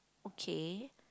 okay